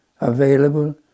available